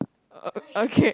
oh okay